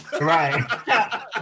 Right